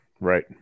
right